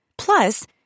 Plus